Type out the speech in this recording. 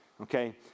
Okay